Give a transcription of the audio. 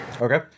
Okay